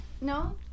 no